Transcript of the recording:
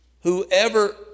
whoever